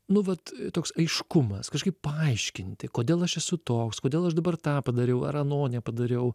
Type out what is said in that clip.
nu vat toks aiškumas kažkaip paaiškinti kodėl aš esu toks kodėl aš dabar tą padariau ar ano nepadariau